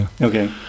Okay